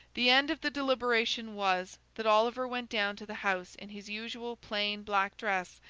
the end of the deliberation was, that oliver went down to the house in his usual plain black dress,